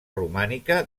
romànica